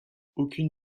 aucune